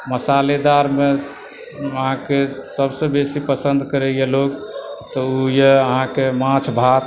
मशालेदारमे अहाँकेँ सभसे बेसी पसन्द करइए लोग तऽ ओ यऽ अहाँकेँ माछ भात